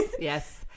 yes